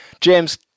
James